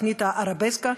התוכנית "ערבסקה".